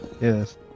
Yes